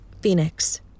Phoenix